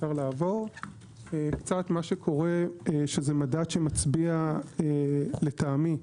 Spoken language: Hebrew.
מדד שמצביע לטעמי,